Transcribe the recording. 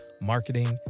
marketing